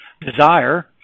desire